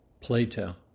Plato